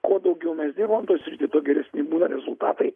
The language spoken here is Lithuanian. kuo daugiau mes dirbam toj srity tuo geresni būna rezultatai